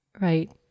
right